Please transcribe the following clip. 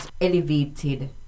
elevated